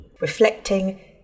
Reflecting